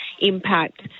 impact